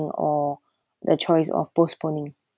or the choice of postponing